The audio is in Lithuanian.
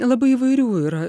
labai įvairių yra